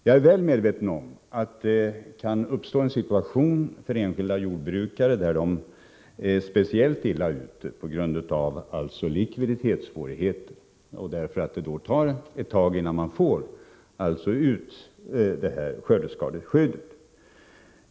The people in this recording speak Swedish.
Jag är väl medveten om att enskilda jordbrukare kan råka speciellt illa ut på grund av likviditetssvårigheter och dröjsmål med utbetalningen av det belopp som utgår som skördeskadeskydd.